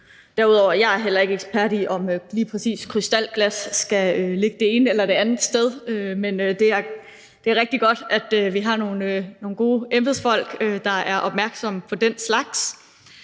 Derudover er jeg heller ikke ekspert i, om lige præcis krystalglas skal ligge det ene eller det andet sted, men det er rigtig godt, at vi har nogle gode embedsfolk, der er opmærksomme på den slags.